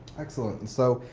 excellent. and so,